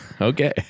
Okay